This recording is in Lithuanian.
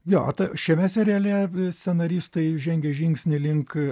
jo šiame seriale scenaristai žengė žingsnį link